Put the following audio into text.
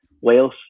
Wales